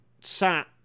sat